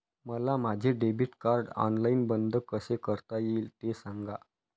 मला माझे debit card online बंद कसे करता येईल, ते सांगा